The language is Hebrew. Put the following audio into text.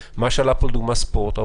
בנושא הספורט שעלה כאן,